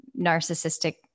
narcissistic